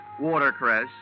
watercress